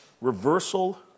reversal